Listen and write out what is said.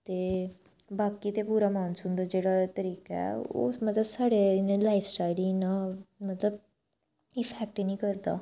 ते बाकी ते पूरा मानसून दा जेह्ड़ा तरीका ऐ ओह् मतलब साढ़े इ'यां लाइफ स्टाइल गी इन्ना मतलब इफ़ैक्ट नी करदा